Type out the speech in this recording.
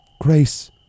Grace